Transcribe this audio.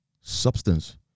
substance